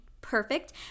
perfect